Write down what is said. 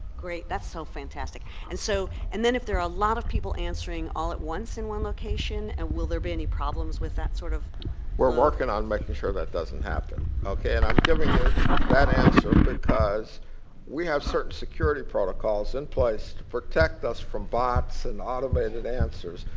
great. that's so fantastic. and so and then if there are a lot of people answering all at once in one location, and will there be any problems with that sort of we're working on making sure that doesn't happen. and i'm giving you that answer because we have certain security protocols in place to protect us from bots and automated answers,